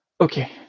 okay